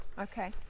Okay